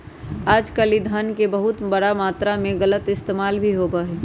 आजकल ई धन के बहुत बड़ा मात्रा में गलत इस्तेमाल भी होबा हई